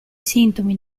sintomi